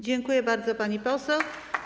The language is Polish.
Dziękuję bardzo, pani poseł.